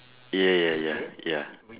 yeah ya ya ya